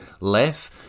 less